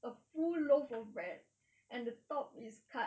a full loaf of bread and the top is cut